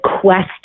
quest